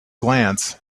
glance